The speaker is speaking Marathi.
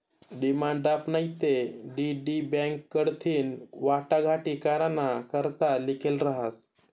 डिमांड ड्राफ्ट नैते डी.डी बॅक कडथीन वाटाघाटी कराना करता लिखेल रहास